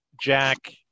Jack